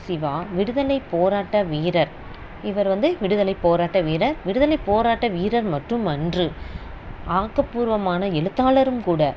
சிவா விடுதலைப் போராட்ட வீரர் இவர் வந்து விடுதலைப் போராட்ட வீரர் விடுதலைப் போராட்ட வீரர் மட்டுமன்று ஆக்கப்பூர்வமான எழுத்தாளரும் கூட